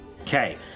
Okay